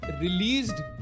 released